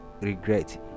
regret